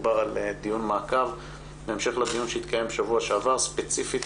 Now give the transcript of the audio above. מדובר על דיון מעקב בהמשך לדיון שהתקיים בשבוע שעבר ספציפית